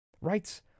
Rights